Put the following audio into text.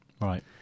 Right